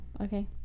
okay